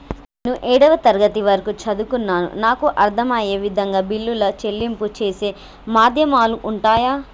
నేను ఏడవ తరగతి వరకు చదువుకున్నాను నాకు అర్దం అయ్యే విధంగా బిల్లుల చెల్లింపు చేసే మాధ్యమాలు ఉంటయా?